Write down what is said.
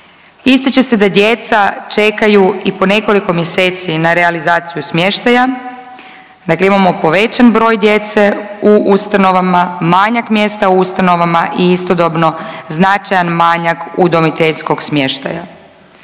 Ističe se da djeca čekaju i po nekoliko mjeseci na realizaciju smještaja. Dakle, imamo povećan broj djece u ustanovama, manjak mjesta u ustanovama i istodobno značajan manjak udomiteljskog smještaja.